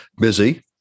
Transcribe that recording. busy